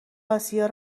آسیا